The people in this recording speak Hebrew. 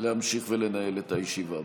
להמשיך לנהל את הישיבה.